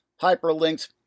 hyperlinked